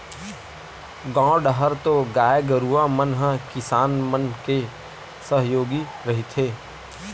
गाँव डाहर तो गाय गरुवा मन ह किसान मन के सहयोगी रहिथे